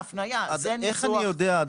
איך אני יודע,